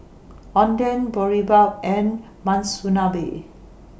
Oden Boribap and Monsunabe